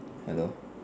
hello